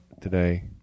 today